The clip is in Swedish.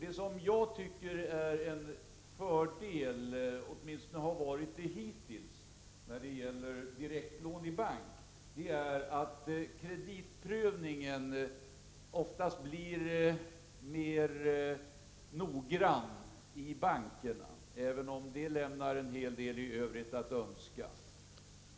Det som jag tycker är en fördel — åtminstone hittills — när det gäller direktlån i bank är att kreditprövningen oftast blir mer noggrann i banken, även om där finns en hel del övrigt att önska.